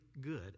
good